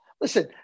Listen